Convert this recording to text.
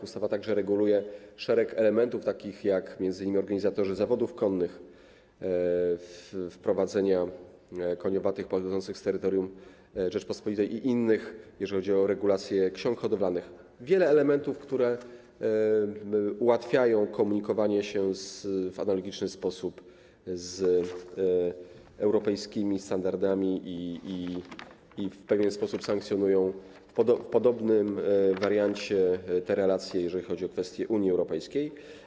Ustawa także reguluje szereg elementów takich jak m.in organizatorzy zawodów konnych, wprowadzenie koniowatych pochodzących z terytorium Rzeczypospolitej i innych, jeżeli chodzi o regulacje ksiąg hodowlanych - wiele elementów, które ułatwiają komunikowanie się w analogiczny sposób z europejskimi standardami i w pewien sposób sankcjonują w podobnym wariancie te relacje, jeżeli chodzi o kwestie Unii Europejskiej.